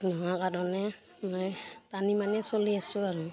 নোহোৱা কাৰণে মই টানি মানি চলি আছোঁ আৰু